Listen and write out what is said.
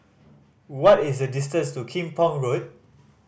what is the distance to Kim Pong Road